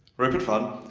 rupert funn,